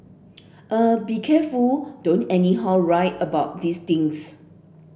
eh be careful don't anyhow write about these things